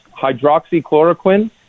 hydroxychloroquine